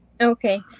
Okay